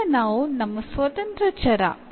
അതിനാൽ നമ്മൾ എന്താണ് ചെയ്യുന്നത്